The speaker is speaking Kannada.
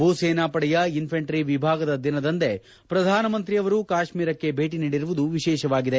ಭೂಸೇನಾಪಡೆಯ ಇನ್ಫ್ಯಾಂಟ್ರಿ ವಿಭಾಗದ ದಿನದಂದೇ ಪ್ರಧಾನಮಂತ್ರಿಯವರು ಕಾಶ್ಮೀರಕ್ಕೆ ಭೇಟಿ ನೀಡಿರುವುದು ವಿಶೇಷವಾಗಿದೆ